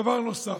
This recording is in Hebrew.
דבר נוסף,